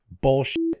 bullshit